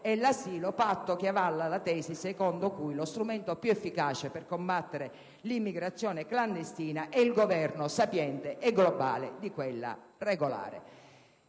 e l'asilo, che avalla la tesi secondo cui lo strumento più efficace per combattere l'immigrazione clandestina è il governo sapiente e globale dell'immigrazione regolare.